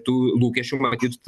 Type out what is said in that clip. tų lūkesčių matyt